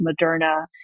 Moderna